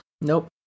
Nope